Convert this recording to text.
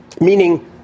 Meaning